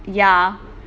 ya